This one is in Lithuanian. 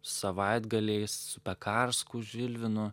savaitgaliai su pekarsku žilvinu